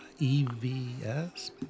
EVS